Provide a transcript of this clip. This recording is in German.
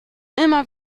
immer